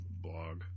blog